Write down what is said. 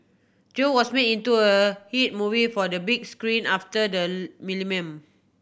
Joe was made into a hit movie for the big screen after the millennium